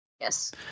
Yes